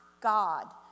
God